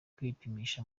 kwipimisha